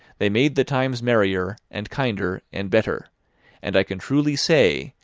they made the times merrier, and kinder, and better and i can truly say,